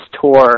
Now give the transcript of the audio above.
tour